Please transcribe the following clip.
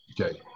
Okay